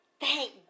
Thank